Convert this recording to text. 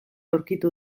aurkitu